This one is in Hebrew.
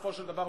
בסופו של דבר,